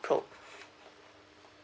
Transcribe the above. pro